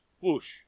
Whoosh